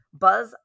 Buzz